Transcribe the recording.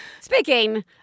Speaking